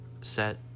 set